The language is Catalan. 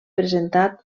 presentat